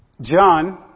John